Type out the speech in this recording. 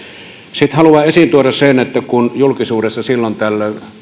sitten haluan tuoda esiin sen että kun julkisuudessa silloin tällöin